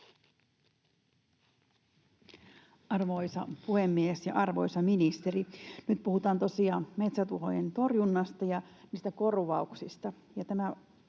Arvoisa puhemies ja arvoisa ministeri! Nyt puhutaan tosiaan metsätuhojen torjunnasta ja niistä korvauksista.